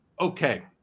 okay